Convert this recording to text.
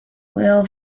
will